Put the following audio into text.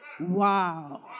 Wow